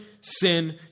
sin